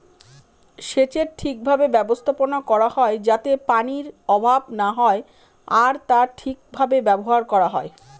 সেচের ঠিক ভাবে ব্যবস্থাপনা করা হয় যাতে পানির অভাব না হয় আর তা ঠিক ভাবে ব্যবহার করা হয়